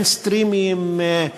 מיינסטרימיים,